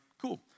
cool